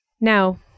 Now